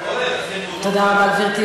אפילו האופוזיציה.